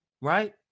right